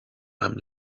amb